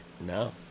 No